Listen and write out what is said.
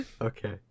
Okay